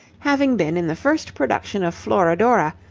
having been in the first production of florodora,